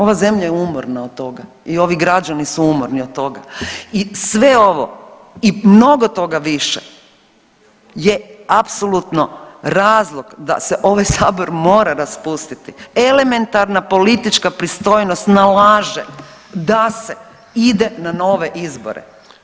Ova zemlja je umorna od toga i ovi građani su umorni od toga i sve ovo i mnogo toga više je apsolutno razlog da se ovaj sabor mora raspustiti, elementarna politička pristojnost nalaže da se ide na nove izbore.